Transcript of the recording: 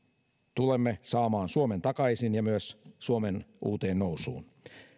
tulemme saamaan suomen takaisin ja myös suomen uuteen nousuun